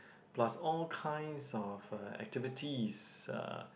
plus all kind of uh activities uh